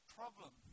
problem